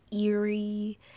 eerie